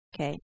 Okay